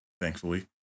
Thankfully